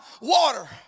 water